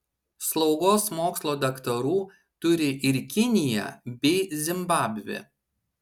slaugos mokslo daktarų turi ir kinija bei zimbabvė